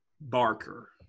Barker